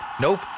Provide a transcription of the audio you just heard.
Nope